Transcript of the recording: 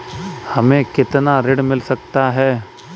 हमें कितना ऋण मिल सकता है?